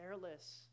careless